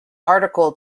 article